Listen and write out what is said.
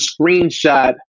screenshot